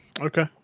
Okay